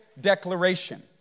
declaration